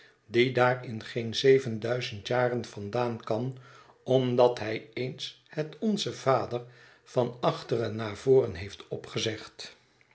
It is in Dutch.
die daar in geen zeven duizend jaren vandaan kan omdat hij eens het onze vader van achteren naar voren heeft opgezegd